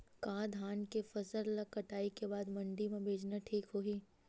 का धान के फसल ल कटाई के बाद मंडी म बेचना ठीक होही?